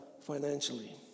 financially